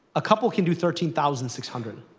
a couple can do thirteen thousand six hundred